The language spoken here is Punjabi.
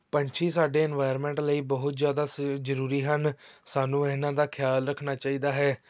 ਪੰਛੀ ਸਾਡੇ ਇਨਵਾਇਰਮੈਂਟ ਲਈ ਬਹੁਤ ਜ਼ਿਆਦਾ ਸ ਜ਼ਰੂਰੀ ਹਨ ਸਾਨੂੰ ਇਹਨਾਂ ਦਾ ਖਿਆਲ ਰੱਖਣਾ ਚਾਹੀਦਾ ਹੈ